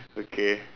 okay